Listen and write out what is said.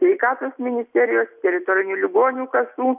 sveikatos ministerijos teritorinių ligonių kasų